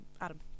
Adam